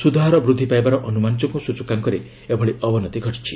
ସୁଧହାର ବୃଦ୍ଧି ପାଇବାର ଅନୁମାନ ଯୋଗୁଁ ସୂଚକାଙ୍କରେ ଏଭଳି ଅବନତି ଘଟିଛି